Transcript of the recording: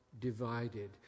divided